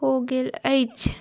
हो गेल अछि